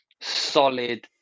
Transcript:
solid